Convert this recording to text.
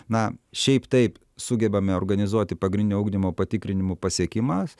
na šiaip taip sugebame organizuoti pagrindinio ugdymo patikrinimų pasiekimą